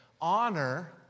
honor